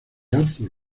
arthur